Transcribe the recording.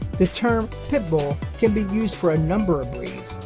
the term pitbull can be used for a number of breeds,